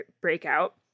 breakout